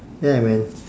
yeah man